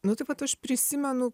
nu tai vat aš prisimenu